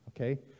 Okay